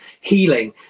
healing